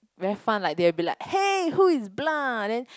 very fun like they'll be like hey who is blind then